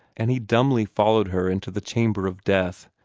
and he dumbly followed her into the chamber of death,